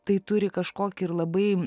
tai turi kažkokį ir labai